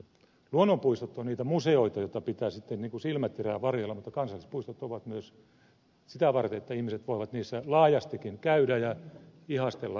luonnonpuistot ovat niitä museoita joita pitää sitten niin kuin silmäterää varjella mutta kansallispuistot ovat myös sitä varten että ihmiset voivat niissä laajastikin käydä ja ihastella luontoamme